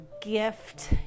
gift